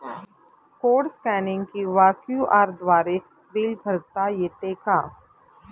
Code scanning किंवा QR द्वारे bill भरता येते का?